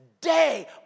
day